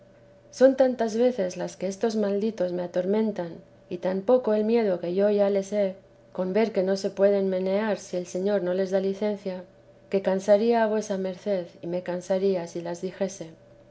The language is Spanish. son tantas veces las que estos malditos me atormentan y tan poco el miedo que yo ya les he con ver que no se pueden menear si el señor no les da licencia que cansaría a vuesa merced y me cansaría si las dijese